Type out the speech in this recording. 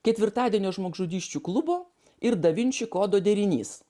ketvirtadienio žmogžudysčių klubo ir da vinči kodo derinys